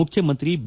ಮುಖ್ಯಮಂತ್ರಿ ಬಿ